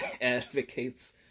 advocates